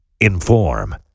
Inform